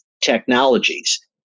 technologies